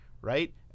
right